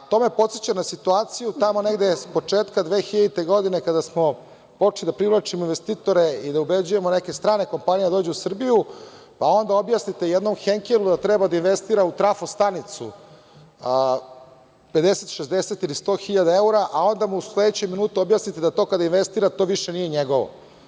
To me podseća na situaciju, tamo negde, s početka 2000. godine, kada smo počeli da privlačimo investitore i ubeđujemo neke strane kompanije da dođu u Srbiju, pa onda objasnite jednom „Henkelu“ da treba da investira u trafostanicu 50, 60 ili 100 hiljada eura, a onda mu u sledećem minutu objasnite da to kada investira da to više nije njegovo.